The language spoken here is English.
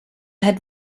had